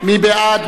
מי בעד?